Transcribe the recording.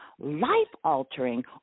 life-altering